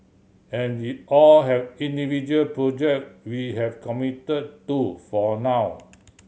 and we all have individual project we have committed to for now